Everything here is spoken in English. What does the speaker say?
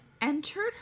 entered